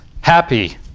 happy